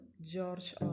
George